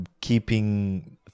keeping